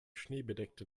schneebedeckte